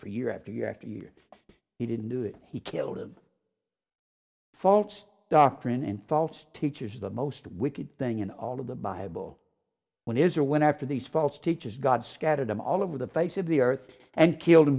for year after year after year he didn't do it he killed them false doctrine and false teachers the most wicked thing in all of the bible when is are when after these false teachers god scattered them all over the face of the earth and killed